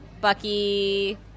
Bucky